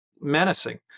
menacing